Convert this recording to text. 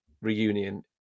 reunion